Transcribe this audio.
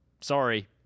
Sorry